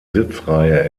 sitzreihe